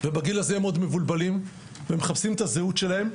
ובגיל הזה הם עוד מבולבלים והם מחפשים את הזהות שלהם,